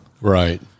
Right